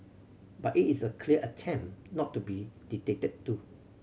but it's a clear attempt not to be dictated to